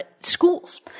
schools